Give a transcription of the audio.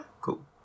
cool